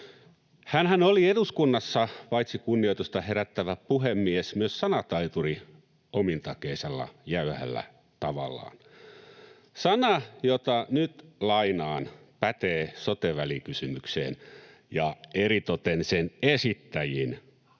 Hänhän oli eduskunnassa paitsi kunnioitusta herättävä puhemies myös sanataituri omintakeisella, jäyhällä tavallaan. Sana, jota nyt lainaan, pätee sote-välikysymykseen ja eritoten sen esittäjiin: